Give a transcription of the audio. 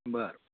बरं